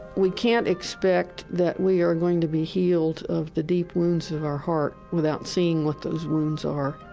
we can't expect that we are going to be healed of the deep wounds of our heart without seeing what those wounds are.